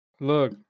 Look